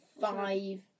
Five